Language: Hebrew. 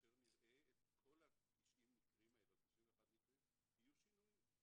שכאשר נראה את כל 91 המקרים יהיו שינויים.